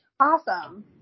Awesome